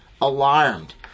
alarmed